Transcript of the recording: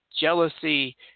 jealousy